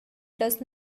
does